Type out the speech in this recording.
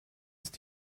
ist